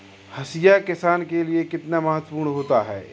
हाशिया किसान के लिए कितना महत्वपूर्ण होता है?